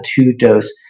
two-dose